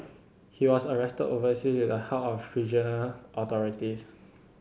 he was arrested overseas with the help of regional authorities